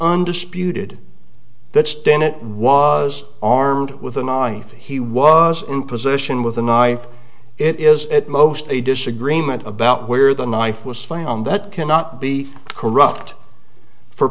undisputed that stinnett was armed with a knife that he was in position with a knife it is at most a disagreement about where the knife was found that cannot be corrupt for